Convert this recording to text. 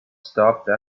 stopped